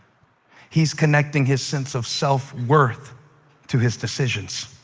he's connecting his sense of self-worth to his decisions.